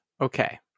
Okay